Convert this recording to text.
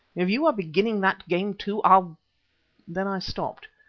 if you are beginning that game too, i'll then i stopped,